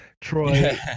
Troy